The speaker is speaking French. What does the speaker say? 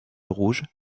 rouge